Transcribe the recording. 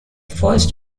first